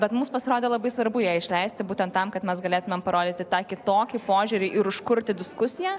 bet mums pasirodė labai svarbu ją išleisti būtent tam kad mes galėtumėm parodyti tą kitokį požiūrį ir užkurti diskusiją